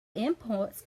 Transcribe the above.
imports